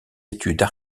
études